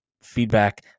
feedback